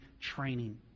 training